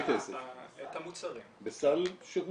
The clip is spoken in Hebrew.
בסל שירותים.